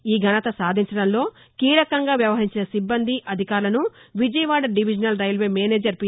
ఈ ఘనత సాధించడంలో కీలకంగా వ్యవహరించిన సిబ్బంది అధికారులను Vijayawada divisional railway manager P